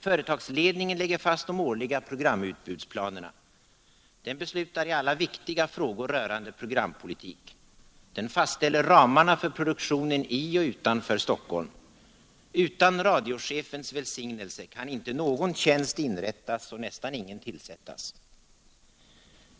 Företagsledningen lägger fast de årliga programutbudsplanerna. Den beslutar i alla viktiga frågor rörande programpolitik. Den fastställer ramarna för produktionen i och utanför Stockholm. Utan radiochefens välsignelse kan inte någon tjänst inrättas och nästan ingen tillsättas.